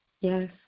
Yes